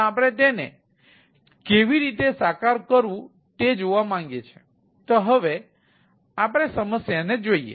તો આપણે તેને કેવી રીતે સાકાર કરવું તે જોવા માંગીએ છીએ તો હવે આપણે સમસ્યાને જોઈએ